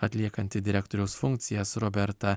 atliekanti direktoriaus funkcijas roberta